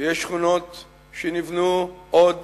ויש שכונות שנבנו עוד